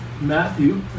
Matthew